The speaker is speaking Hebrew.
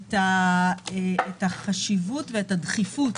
את החשיבות ואת הדחיפות